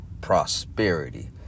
prosperity